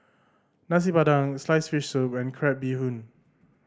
Nasi Padang sliced fish soup and crab bee hoon